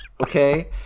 okay